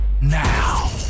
now